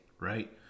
Right